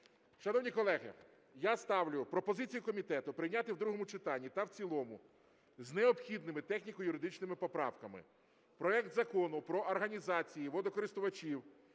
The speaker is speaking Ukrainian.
Шановні колеги, я ставлю пропозицію комітету прийняти в другому читанні та в цілому з необхідними техніко-юридичними поправками проект Закону про організації водокористувачів